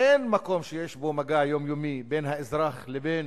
אין מקום שיש בו מגע יומיומי בין האזרח לבין